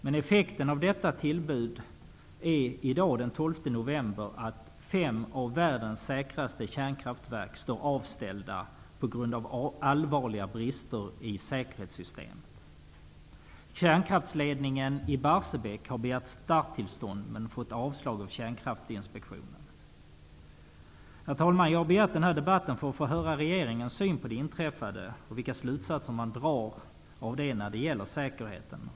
Men effekten av detta är att i dag, den 12 november, står fem av världens säkraste kärnkraftverk avställda på grund av allvarliga brister i säkerhetssystemet. Kärnkraftsledningen i Barsebäck har begärt starttillstånd, men fått avslag av Kärnkraftsinspektionen. Herr talman! Jag har begärt den här debatten för att få höra regeringens syn på det inträffade och vilka slutsatser man drar av detta när det gäller säkerheten.